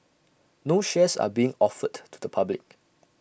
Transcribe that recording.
no shares are being offered to the public